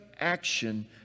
action